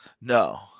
no